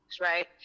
right